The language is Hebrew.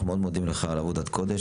אנחנו מאוד מודים לך על עבודת הקודש,